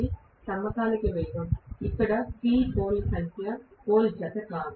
ఇది సమకాలిక వేగం ఇక్కడ p పోల్ ల సంఖ్య పోల్ ల జత కాదు